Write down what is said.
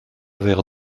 vers